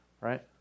right